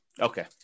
Okay